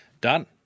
Done